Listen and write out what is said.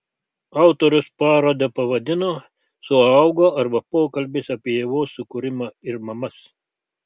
autorius parodą pavadino suaugo arba pokalbis apie ievos sukūrimą ir mamas